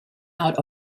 out